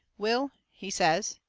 will, he says.